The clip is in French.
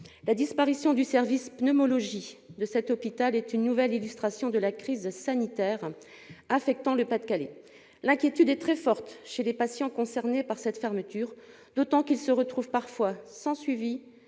La disparition du service de pneumologie de cet hôpital est une nouvelle illustration de la crise sanitaire qui affecte le Pas-de-Calais. L'inquiétude est très forte chez les patients concernés par cette fermeture, d'autant qu'ils se retrouvent parfois sans suivi,